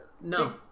No